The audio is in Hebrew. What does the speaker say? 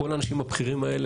כל האנשים הבכירים האלה,